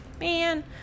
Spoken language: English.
Man